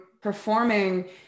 performing